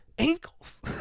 ankles